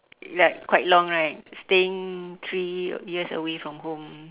like quite long right staying three years away from home